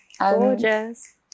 Gorgeous